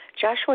Joshua